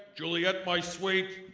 juliet my sweet,